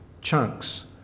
chunks